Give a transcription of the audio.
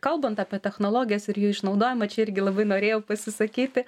kalbant apie technologijas ir jų išnaudojimą čia irgi labai norėjau pasisakyti